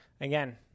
again